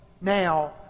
now